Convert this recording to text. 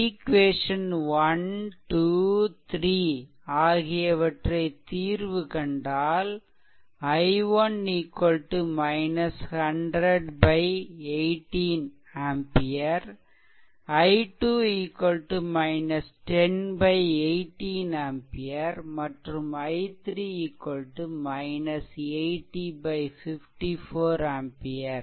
equation 123 equation 1 23 ஆகியவற்றை தீர்வு கண்டால் i1 100 18 ஆம்பியர் i2 10 18 ஆம்பியர் மற்றும் i3 80 54 ஆம்பியர்